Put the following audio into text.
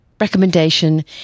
recommendation